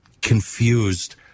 confused